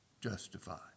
justified